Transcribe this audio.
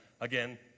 Again